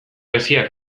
geziak